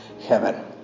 heaven